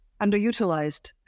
underutilized